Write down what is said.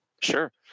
Sure